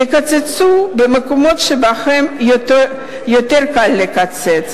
יקצצו במקומות שבהם יותר קל לקצץ,